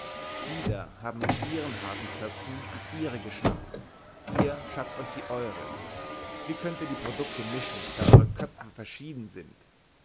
die da haben in ihren harten köpfen die ihre geschaffen ihr schafft euch die eure wie könnt ihr die produkte mischen da eure köpfe verschieden sind